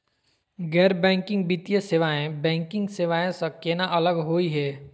गैर बैंकिंग वित्तीय सेवाएं, बैंकिंग सेवा स केना अलग होई हे?